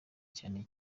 cyane